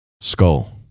skull